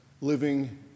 living